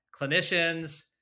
clinicians